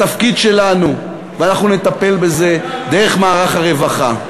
התפקיד שלנו, ואנחנו נטפל בזה דרך מערך הרווחה,